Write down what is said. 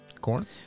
corn